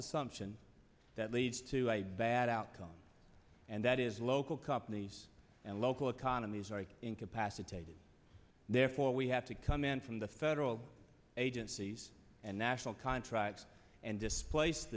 assumption that leads to a bad outcome and that is local companies and local economies are incapacitated therefore we have to come in from the federal agencies and national contracts and displace